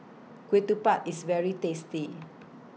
Ketupat IS very tasty